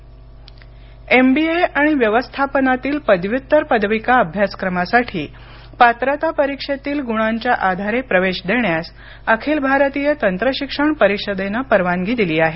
एमबीएप्रवेश MBA आणि व्यवस्थापनातील पदव्युत्तर पदविका अभ्यासक्रमासाठी पात्रता परीक्षेतील गुणांच्या आधारे प्रवेश देण्यास अखिल भारतीय तंत्रशिक्षण परिषदेनं परवानगी दिली आहे